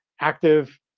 active